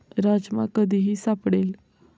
राजमा कधीही सापडेल